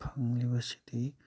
ꯐꯪꯂꯤꯕꯁꯤꯗꯤ